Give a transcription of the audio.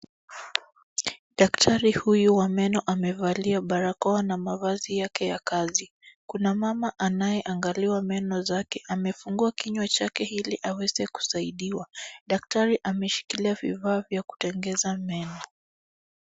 Daktari huyu wa meno amevalia barakoa na mavazi yake ya kazi. Kuna mama anayeangaliwa meno zake, amefungua kinywa ili aweze kusaidiwa. Daktari ameshikilia vifaa vya kutengeneza meno.